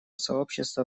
сообщества